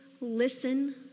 listen